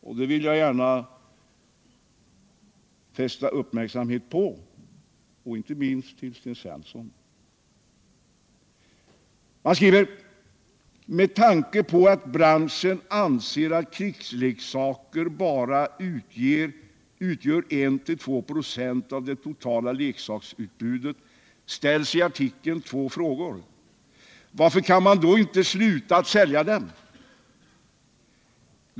Jag vill gärna fästa kammarens och inte minst Sten Svenssons uppmärksamhet på detta uttalande. Mot bakgrund av att branschen anser att krigsleksaker bara utgör 1-2 96 av det totala leksaksutbudet ställs i tidningsartikeln två frågor: ” Varför kan man då inte sluta sälja dem?